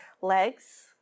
legs